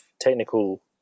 technical